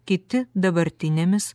kiti dabartinėmis